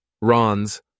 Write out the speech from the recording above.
Ron's